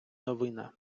новина